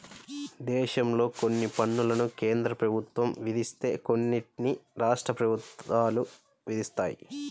దేశంలో కొన్ని పన్నులను కేంద్ర ప్రభుత్వం విధిస్తే కొన్నిటిని రాష్ట్ర ప్రభుత్వాలు విధిస్తాయి